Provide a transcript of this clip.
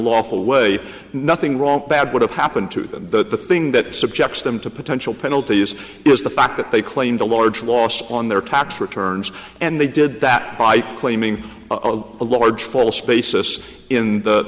lawful way nothing wrong bad would have happened to the thing that subjects them to potential penalties is the fact that they claimed a large loss on their tax returns and they did that by claiming a large false basis in the